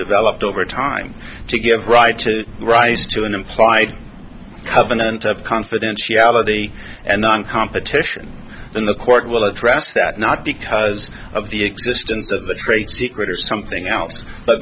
developed over time to give rights to rise to an implied covenant of confidentiality and then competition in the court will address that not because of the existence of the trade secret or something else but